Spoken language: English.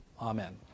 Amen